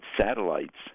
satellites